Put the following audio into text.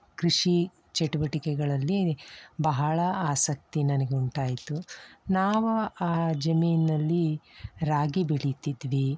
ಕೃಷಿ ಚಟುವಟಿಕೆಗಳಲ್ಲಿ ಬಹಳ ಆಸಕ್ತಿ ನನಗೆ ಉಂಟಾಯಿತು ನಾವು ಆ ಜಮೀನಿನಲ್ಲಿ ರಾಗಿ ಬೆಳೀತಿದ್ವಿ